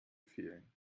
fehlen